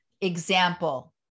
example